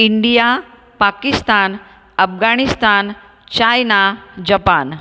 India Pakistan Afghanistan China Japan